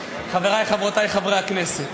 חברי וחברותי חברי הכנסת,